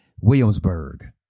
Williamsburg